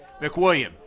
McWilliam